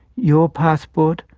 your passport,